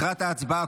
לקראת ההצבעה,